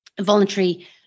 voluntary